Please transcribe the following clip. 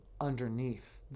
underneath